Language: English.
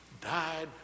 died